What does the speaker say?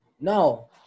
No